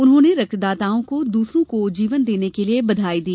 उन्होंने रक्तदाताओं को दूसरों को जीवन देने के लिए बधाई दी